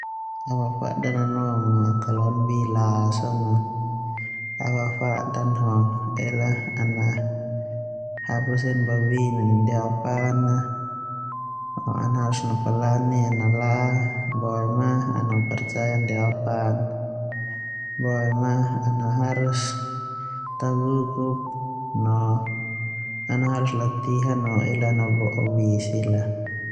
Au afadan au a ana bi laa so na au afadan ho ela ana hapus heni babin neme ndia ao pan a no harus napalani laa boema ana percya ndia ao pan boema ana ta gugup boema ana haris latihan ho ela ana ta bii sila.